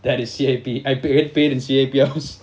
that is C_I_P I pay get paid in C_I_P hours